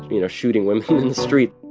you know, shooting women in the street